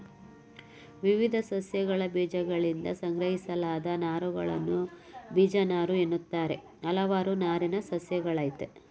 ವಿವಿಧ ಸಸ್ಯಗಳಬೀಜಗಳಿಂದ ಸಂಗ್ರಹಿಸಲಾದ ನಾರುಗಳನ್ನು ಬೀಜನಾರುಎನ್ನುತ್ತಾರೆ ಹಲವಾರು ನಾರಿನ ಸಸ್ಯಗಳಯ್ತೆ